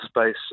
space